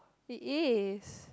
it is